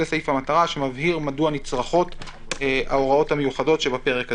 זה סעיף המטרה שמבהיר מדוע נצרכות ההוראות המיוחדות שבפרק הזה.